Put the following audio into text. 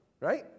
Right